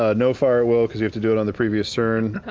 ah no fire at will, because you have to do it on the previous turn.